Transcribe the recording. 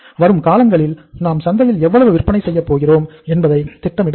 வரும் காலங்களில் நாம் சந்தையில் எவ்வளவு விற்பனை செய்யப் போகிறோம் என்பதை திட்டமிட வேண்டும்